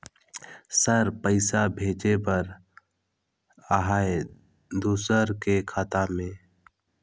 Sir पइसा भेजे बर आहाय दुसर के खाता मे?